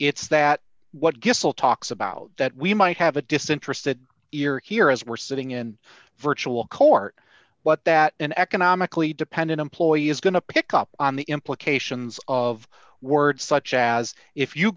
it's that what guess we'll talk about that we might have a disinterested ear here as we're sitting in virtual court but that an economically dependent employee is going to pick up on the implications of words such as if you